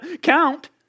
count